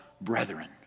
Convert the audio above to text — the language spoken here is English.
brethren